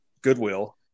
goodwill